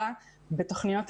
לצערנו,